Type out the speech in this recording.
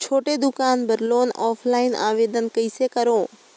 छोटे दुकान बर लोन ऑफलाइन आवेदन कइसे करो?